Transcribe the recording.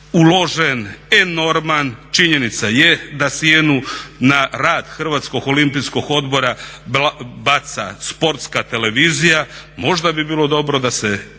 uložen enorman. Činjenica je da sjenu na rad Hrvatskog olimpijskog odbora baca sporta televizija. Možda bi bilo dobro da se